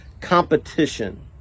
competition